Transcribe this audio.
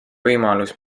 võimalus